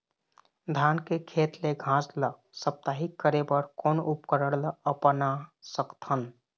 धान के खेत ले घास ला साप्ताहिक करे बर कोन उपकरण ला अपना सकथन?